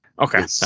Okay